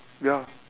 ya